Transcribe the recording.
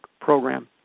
program